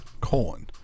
colon